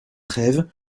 treyve